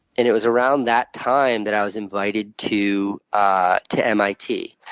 and it was around that time that i was invited to ah to mit,